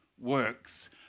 works